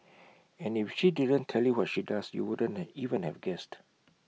and if she didn't tell you what she does you wouldn't and even have guessed